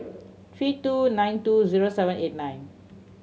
three two nine two zero seven eight nine